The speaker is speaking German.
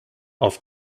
auf